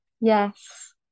Yes